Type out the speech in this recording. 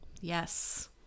Yes